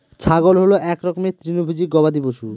ছাগল হল এক রকমের তৃণভোজী গবাদি পশু